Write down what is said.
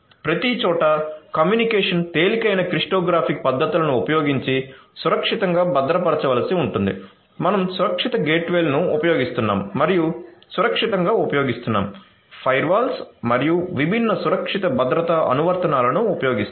ప్రతిచోటా కమ్యూనికేషన్ తేలికైన క్రిప్టోగ్రాఫిక్ పద్ధతులను ఉపయోగించి సురక్షితంగా భద్రపరచవలసి ఉంటుంది మనం సురక్షిత గేట్వేలను ఉపయోగిస్తున్నాము మరియు సురక్షితంగా ఉపయోగిస్తున్నాము ఫైర్వాల్స్ మరియు విభిన్న సురక్షిత భద్రతా అనువర్తనాలను ఉపయోగిస్తాము